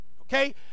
Okay